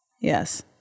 Yes